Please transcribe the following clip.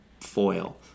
foil